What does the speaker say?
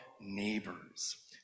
neighbors